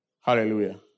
Hallelujah